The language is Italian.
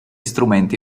strumenti